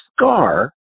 scar